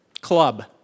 club